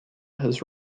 has